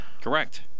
Correct